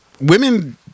Women